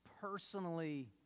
personally